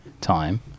time